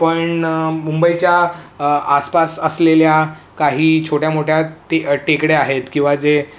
पण मुंबईच्या आसपास असलेल्या काही छोट्या मोठ्या टे टेकड्या आहेत किंवा जे